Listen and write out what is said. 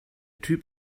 typ